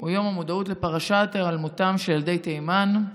הוא יום המודעות לפרשת היעלמותם של ילדי תימן,